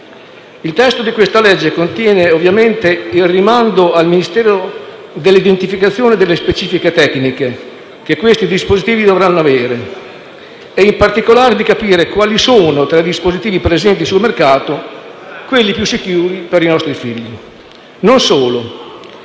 Il testo di questa legge ovviamente rimanda al Ministero l'identificazione delle specifiche tecniche che questi dispositivi dovranno avere e in particolare di capire quali sono, tra i dispositivi presenti sul mercato, quelli più sicuri per i nostri figli. Non solo,